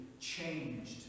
changed